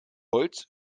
holz